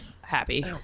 happy